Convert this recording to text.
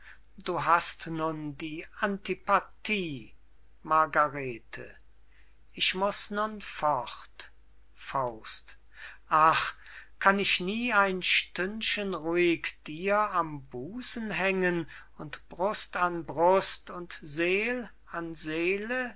du hast nun die antipathie margarete ich muß nun fort ach kann ich nie ein stündchen ruhig dir am busen hängen und brust an brust und seel in seele